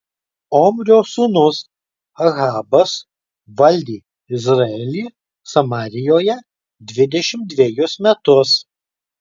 omrio sūnus ahabas valdė izraelį samarijoje dvidešimt dvejus metus